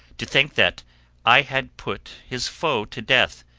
to think that i had put his foe to death,